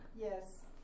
Yes